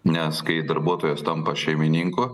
nes kai darbuotojas tampa šeimininku